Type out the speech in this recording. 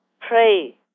pray